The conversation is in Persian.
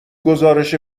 گزارش